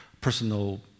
personal